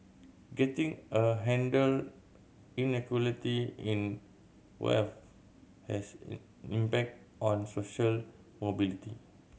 getting a handle inequality in wealth has an impact on social mobility